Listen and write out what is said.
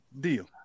deal